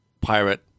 pirate